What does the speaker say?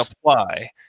apply